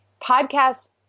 podcasts